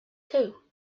too